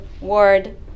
Ward